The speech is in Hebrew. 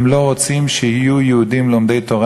הם לא רוצים שיהיו יהודים לומדי תורה